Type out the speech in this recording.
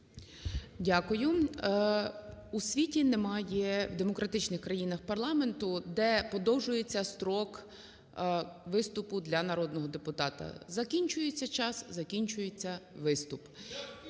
Дякую. У світі немає в демократичних країнах парламенту, де подовжується строк виступу для народного депутата. Закінчується час – закінчується виступ.